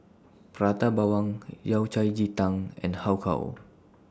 Prata Bawang Yao Cai Ji Tang and Har Kow